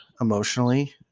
emotionally